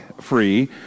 free